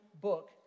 book